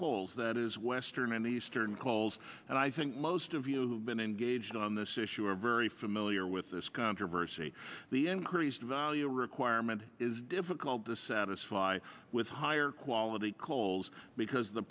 coals that is western and eastern calls and i think most of you who've been engaged on this issue are very familiar with this controversy the increased value requirement is difficult to satisfy with higher quality coals because the